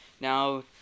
Now